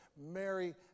mary